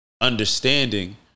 understanding